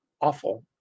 awful